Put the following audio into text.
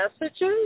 messages